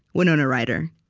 winona ryder.